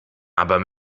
aber